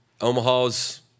Omaha's